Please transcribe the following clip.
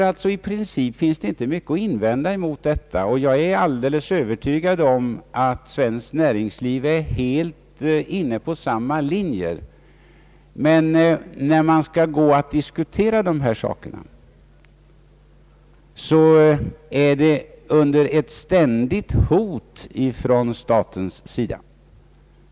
I princip finns det inte mycket att invända mot detta, och jag är helt övertygad om att svenskt näringsliv är inne på samma linje. Men när man skall gå att diskutera dessa frågor, så sker det under ett ständigt hot från statens sida.